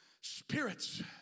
spirits